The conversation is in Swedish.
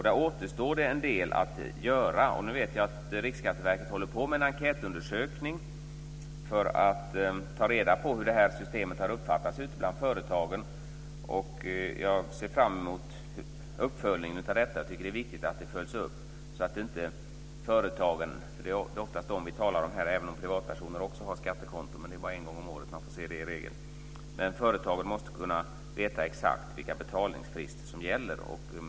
Där återstår det en del att göra. Nu vet jag att Riksskatteverket håller på med en enkätundersökning för att ta reda på hur det här systemet har uppfattas ute bland företagen. Jag ser fram emot uppföljningen av detta. Jag tycker att det är viktigt att det följs upp. Det är ofta företagen vi talar om här även om privatpersoner också har skattekonton - det är i regel bara en gång om året man får se dem. Företagen måste kunna veta exakt vilka betalningsfrister som gäller.